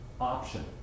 option